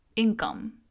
income